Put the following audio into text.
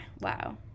wow